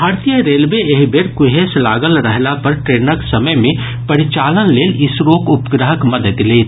भारतीय रेलवे एहि बेर कुहेस लागल रहला पर ट्रेनक समय मे परिचालन लेल इसरोक उपग्रहक मददि लेत